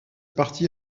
partie